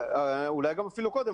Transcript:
אולי גם אפילו קודם.